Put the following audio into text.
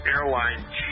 Airline